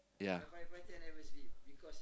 ya